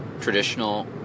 traditional